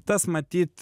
tas matyt